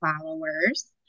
followers